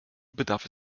bedarf